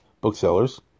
booksellers